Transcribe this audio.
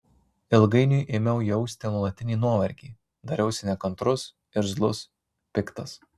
ilgainiui ėmiau jausti nuolatinį nuovargį dariausi nekantrus irzlus piktas